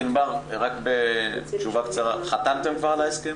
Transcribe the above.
ענבר, חתמתם כבר על ההסכם?